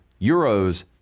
euros